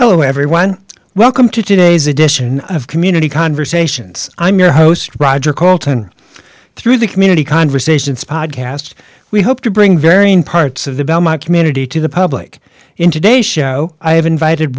hello everyone welcome to today's edition of community conversations i'm your host roger coulton through the community conversations pod cast we hope to bring varying parts of the belmont community to the public intraday show i have invited